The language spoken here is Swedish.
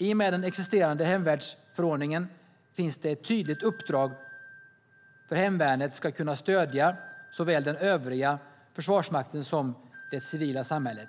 I och med den existerande hemvärnsförordningen finns det ett tydligt uppdrag för hur hemvärnet ska kunna stödja såväl den övriga Försvarsmakten som det civila samhället.